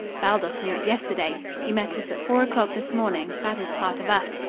baldos knew it yesterday. he met us at four o'clock this morning that is part of us.